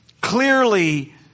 clearly